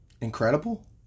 incredible